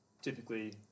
typically